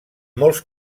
molts